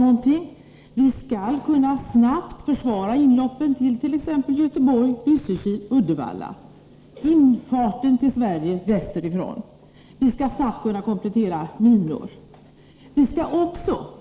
Vi måste snabbt kunna försvara inloppen tillt.ex. Göteborg, Lysekil och Uddevalla, dvs. infarten till Sverige västerifrån. Vi måste snabbt kunna komplettera minutläggningar.